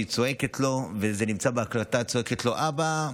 היא צועקת לו, וזה נמצא בהקלטה: אבא,